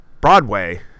Broadway